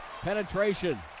penetration